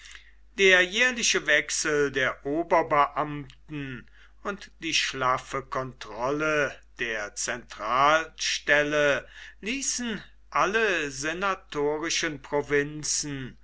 der jährliche wechsel der oberbeamten und die schlaffe kontrolle der zentralstelle ließen alle senatorischen provinzen